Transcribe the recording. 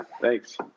Thanks